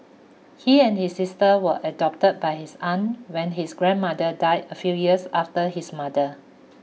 he and his sister were adopted by his aunt when his grandmother died a few years after his mother